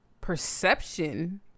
perception